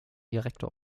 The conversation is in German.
direktor